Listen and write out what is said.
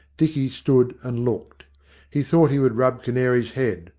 dicky stood and looked he thought he would rub canary's head,